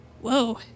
Whoa